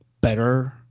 better